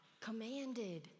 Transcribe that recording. commanded